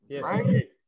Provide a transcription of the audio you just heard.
right